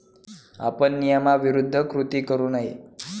आपण नियमाविरुद्ध कृती करू नये